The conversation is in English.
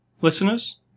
listeners